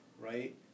right